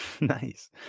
nice